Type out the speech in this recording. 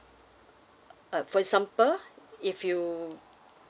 uh for example if you